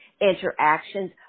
interactions